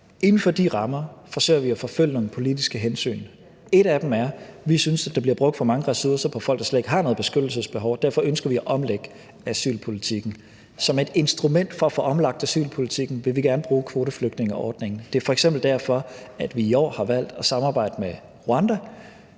inden for de rammer forsøger vi at forfølge nogle politiske mål. Et af dem er, at vi synes, der bliver brugt for mange ressourcer på folk, der slet ikke har noget beskyttelsesbehov, og derfor ønsker vi at omlægge asylpolitikken. Som et instrument til at få omlagt asylpolitikken vil vi gerne bruge kvoteflygtningeordningen. Det er f.eks. derfor, at vi i år har valgt at samarbejde med Rwanda,